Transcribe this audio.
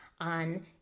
on